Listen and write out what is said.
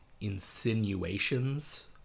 insinuations